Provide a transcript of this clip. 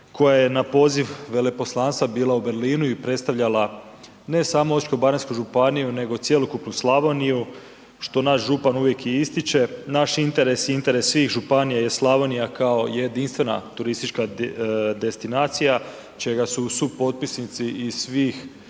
koja je na poziv veleposlanstva bila u Berlinu i predstavljala ne samo osječko-baranjsku županiju, nego cjelokupnu Slavoniju, što naš župan uvijek i ističe. Naš interes i interes svih županija je Slavonija, kao jedinstvena turistička destinacija, čega su supotpisnici i svih